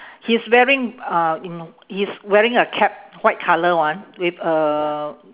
he's wearing uh mm he's wearing a cap white colour one with a